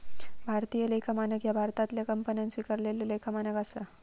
भारतीय लेखा मानक ह्या भारतातल्या कंपन्यांन स्वीकारलेला लेखा मानक असा